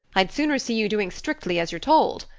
i'd sooner see you doing strictly as you're told.